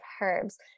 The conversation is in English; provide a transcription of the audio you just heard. herbs